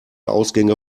ausgänge